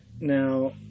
Now